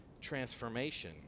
transformation